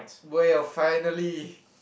well finally